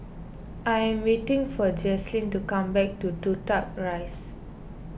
I am waiting for Jazlyn to come back to Toh Tuck Rise